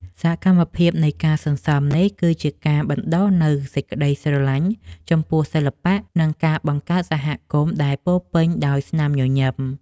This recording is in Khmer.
សកម្មភាពនៃការសន្សំនេះ គឺជាការបណ្ដុះនូវសេចក្ដីស្រឡាញ់ចំពោះសិល្បៈ និងការបង្កើតសហគមន៍ដែលពោរពេញដោយស្នាមញញឹម។